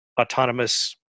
autonomous